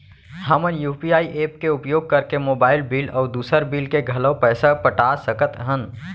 हमन UPI app के उपयोग करके मोबाइल बिल अऊ दुसर बिल के घलो पैसा पटा सकत हन